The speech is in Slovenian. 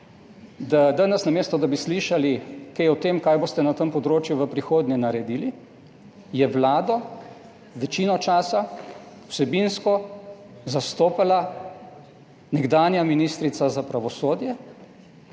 da danes namesto da bi slišali kaj o tem, kaj boste na tem področju v prihodnje naredili, je Vlado večino časa vsebinsko zastopala nekdanja ministrica za pravosodje,